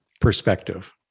perspective